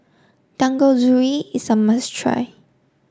Dangojiru is a must try